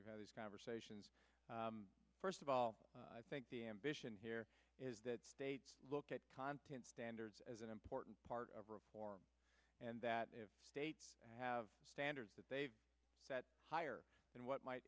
we've had these conversations first of all i think the ambition here is that they look at content standards as an important part of reform and that if they have standards that they've that higher than what m